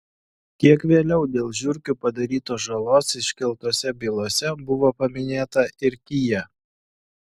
kiek vėliau dėl žiurkių padarytos žalos iškeltose bylose buvo paminėta ir kia